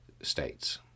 states